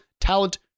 talent